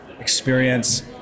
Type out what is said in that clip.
experience